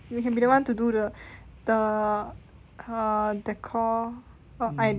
we can be the one to do the the err decor or ideas